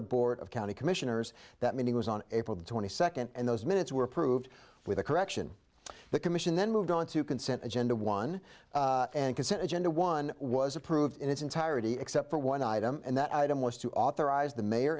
a board of county commissioners that meeting was on april twenty second and those minutes were approved with a correction the commission then moved on to consent agenda one and consent agenda one was approved in its entirety except for one item and that item was to authorize the mayor